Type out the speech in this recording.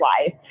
life